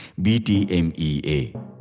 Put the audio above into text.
BTMEA